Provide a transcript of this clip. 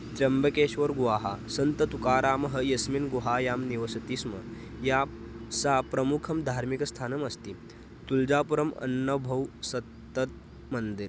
त्र्यम्बकेश्वरगुहा सन्ततुकारामः यस्मिन् गुहायां निवसति स्म या सा प्रमुखं धार्मिकस्थानमस्ति तुळजापुरम् अन्नभौ सत्तत् मन्दिरम्